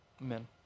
Amen